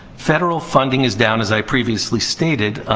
federal funding is down, as i previously stated.